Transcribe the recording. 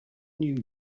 new